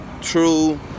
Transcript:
true